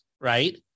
right